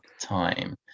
time